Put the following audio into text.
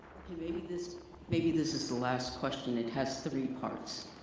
maybe this maybe this is the last question. it has three parts.